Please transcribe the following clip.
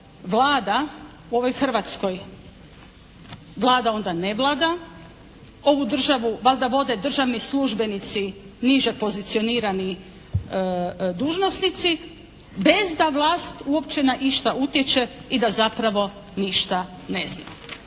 Vlada u ovoj Hrvatskoj, Vlada onda ne vlada, ovu državu valjda vode državni službenici niže pozicionirani dužnosnici bez da vlast uopće na išta utječe i da zapravo ništa nezna.